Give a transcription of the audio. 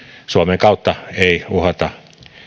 suomen kautta ei uhata